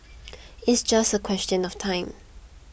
it's just a question of time